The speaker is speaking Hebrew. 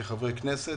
כחברי כנסת,